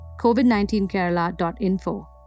COVID19Kerala.info